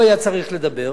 הוא היה צריך לדבר.